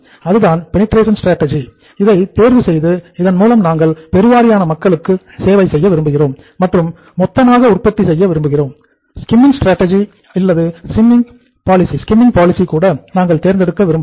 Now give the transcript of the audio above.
அதுதான் penetration strategy கூட நாங்கள் தேர்ந்தெடுக்க விரும்பலாம்